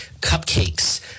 cupcakes